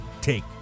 take